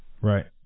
Right